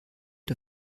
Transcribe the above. der